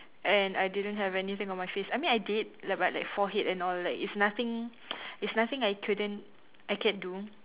and I didn't have anything on my face I mean I did like but like forehead and all like it's nothing it's nothing I couldn't I can do